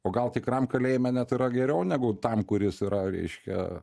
o gal tikram kalėjime net yra geriau negu tam kuris yra reiškia